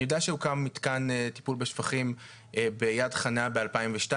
אני יודע שהוקם מתקן טיפול בשפכים ביד חנה ב-2002